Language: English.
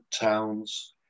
towns